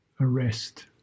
arrest